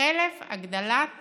חלף הגדלת